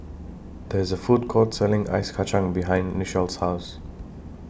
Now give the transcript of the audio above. There IS A Food Court Selling Ice Kacang behind Nichelle's House